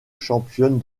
championne